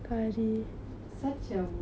such a what